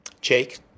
Jake